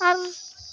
ᱟᱨ